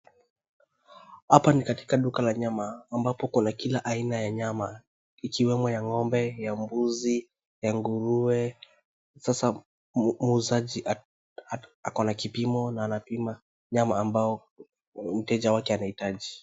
Hapa ni katika duka la nyama ambapo kuna kila aina ya nyama ikiwemo ya ng'ombe, ya mbuzi, ya nguruwe sasa mwuzaji akona kipimo na anapima nyama ambao mteja wake anahitaji.